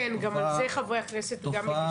גם על זה, חברי הכנסת, גם נגשו אלינו.